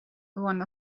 one